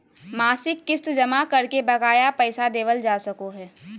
मासिक किस्त जमा करके बकाया पैसा देबल जा सको हय